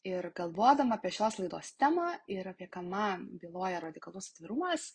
ir galvodama apie šios laidos temą ir apie ką man byloja radikalus atvirumas